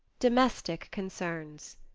domestic concerns.